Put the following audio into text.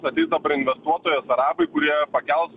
ateis dabar investuotojas arabai kurie pakels